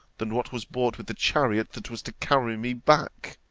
than what was brought with the chariot that was to carry me back